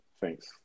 Thanks